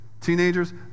Teenagers